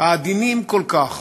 העדינים כל כך